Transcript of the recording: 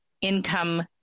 income